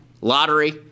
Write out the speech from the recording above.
lottery